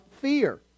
fear